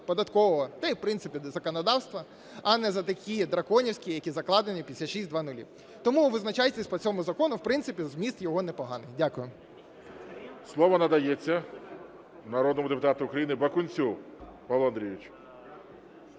податкового та і, в принципі, законодавства, а не за такі драконівські, які закладені в 5600. Тому визначайтеся по цьому закону, в принципі, зміст його непоганий. Дякую. ГОЛОВУЮЧИЙ. Слово надається народному депутату України Бакунцю Павлу Андрійовичу.